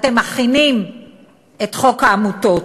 אתם מכינים את חוק העמותות.